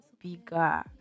bigger